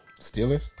Steelers